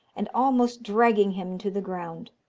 and almost dragging him to the ground.